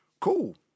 Cool